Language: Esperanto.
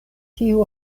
kiu